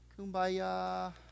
kumbaya